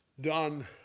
done